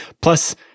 Plus